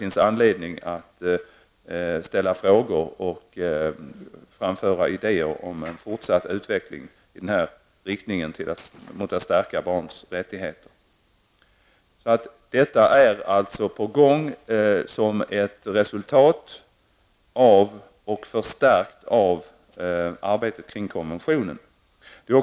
Då ges tillfälle att ställa frågor och framföra idéer om en fortsatt utveckling i riktning mot att stärka barns rättigheter. Det är alltså något som är på gång som ett resultat av våra ambitioner, som har förstärkts av arbetet kring barnkonventionen.